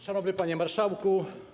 Szanowny Panie Marszałku!